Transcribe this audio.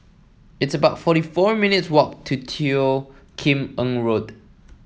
it's about forty four minutes' walk to Teo Kim Eng Road